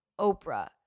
Oprah